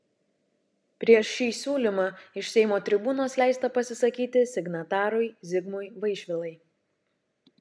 prieš šį siūlymą iš seimo tribūnos leista pasisakyti signatarui zigmui vaišvilai